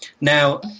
now